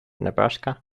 nebraska